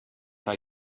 paar